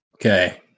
okay